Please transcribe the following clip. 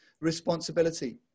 responsibility